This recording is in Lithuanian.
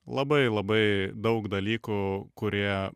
labai labai daug dalykų kurie